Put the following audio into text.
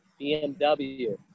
bmw